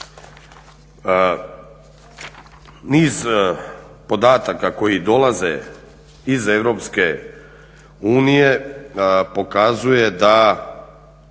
Niz podataka koji dolaze iz Europske unije